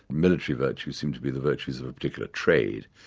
military virtues seem to be the virtues of a particular trade.